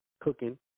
cooking